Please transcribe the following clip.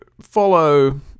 follow